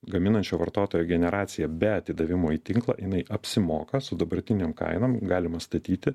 gaminančio vartotojo generacija be atidavimo į tinklą jinai apsimoka su dabartinėm kainom galima statyti